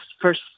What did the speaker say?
first